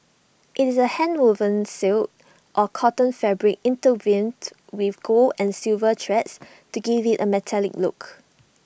IT is A handwoven silk or cotton fabric intertwined with gold and silver threads to give IT A metallic look